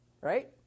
right